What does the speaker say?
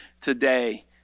today